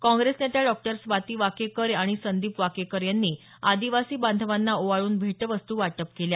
काँग्रेस नेत्या डॉ स्वाती वाकेकर आणि डॉ संदीप वाकेकर यांनी आदिवासी बांधवाना ओवाळून भेटवस्तू वाटप केल्या